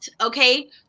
Okay